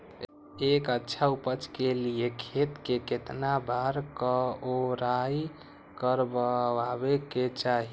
एक अच्छा उपज के लिए खेत के केतना बार कओराई करबआबे के चाहि?